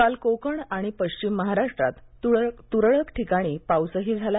काल कोकण आणि पश्चिम महाराष्ट्रात त्रळक ठिकाणी पाऊसही झाला